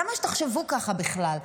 למה שתחשבו ככה בכלל?